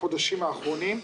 בחודשים האחרונים.